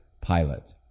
pilot